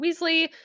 Weasley